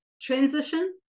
transition